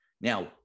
Now